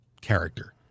character